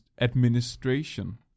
Administration